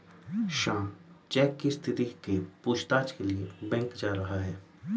Shyam cheque की स्थिति के पूछताछ के लिए बैंक जा रहा है